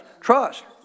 Trust